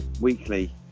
weekly